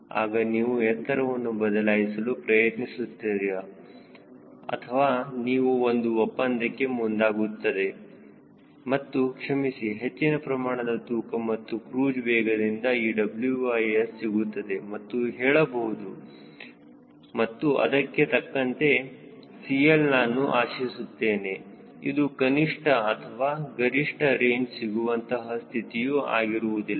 ಆಗ ನೀವು ಎತ್ತರವನ್ನು ಬದಲಾಯಿಸಲು ಪ್ರಯತ್ನಿಸುತ್ತಿದೆ ಅಥವಾ ನೀವು ಒಂದು ಒಪ್ಪಂದಕ್ಕೆ ಮುಂದಾಗುತ್ತಿದೆ ಮತ್ತು ಕ್ಷಮಿಸಿ ಹೆಚ್ಚಿನ ಪ್ರಮಾಣದ ತೂಕ ಮತ್ತು ಕ್ರೂಜ್ ವೇಗದಿಂದ ಈ WS ಸಿಗುತ್ತಿದೆ ಎಂದು ಹೇಳಬಹುದು ಮತ್ತು ಅದಕ್ಕೆ ತಕ್ಕಂತಹ CL ನಾನು ಆಶಿಸುತ್ತೇನೆ ಇದು ಕನಿಷ್ಠ ಅಥವಾ ಗರಿಷ್ಠ ರೇಂಜ್ ಸಿಗುವಂತಹ ಸ್ಥಿತಿಯು ಆಗಿರುವುದಿಲ್ಲ